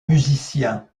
musiciens